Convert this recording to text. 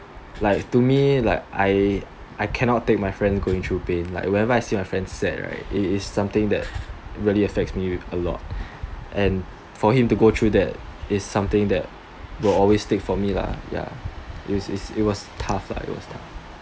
like to me like I I cannot take my friends going through pain like whenever I see my friends sad right it is something that really affects me a lot and for him to go through that is something that will always stick for me lah ya it it was tough lah it was tough